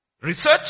research